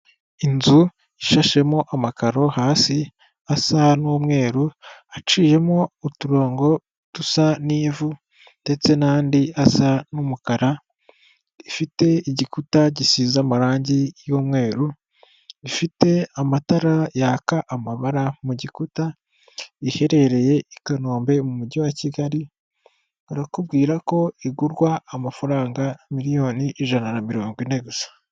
Inzu ishashemo amakaro hasi asa n'umweru, aciyemo uturongo dusa n'ivu ndetse n'andi asa n'umukara, ifite igikuta gisize amarangi y'umweru, ifite amatara yaka amabara mu gikuta, iherereye i Kanombe mu mujyi wa Kigali, arakubwira ko igurwa amafaranga miliyoni ijana na mirongo ine gusa.